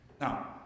Now